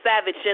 savage